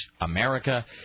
America